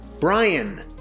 Brian